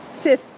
fifth